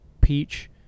peach